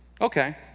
okay